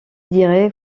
dirait